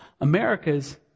America's